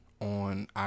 on